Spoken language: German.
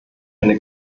eine